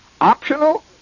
Optional